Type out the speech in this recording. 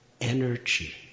energy